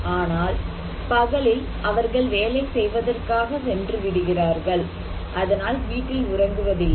ஆனால் பகலில் அவர்கள் வேலை செய்வதற்காக சென்று விடுகிறார்கள் அதனால் வீட்டில் உறங்குவதில்லை